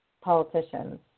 politicians